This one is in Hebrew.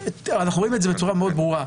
אנחנו רואים את זה בצורה מאוד ברורה.